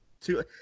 two